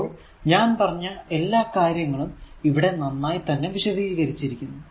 അപ്പോൾ ഞാൻ പറഞ്ഞ എല്ലാ കാര്യങ്ങളും ഇവിടെ നന്നായി തന്നെ വിശദീകരിച്ചിരിക്കുന്നു